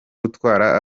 gutwara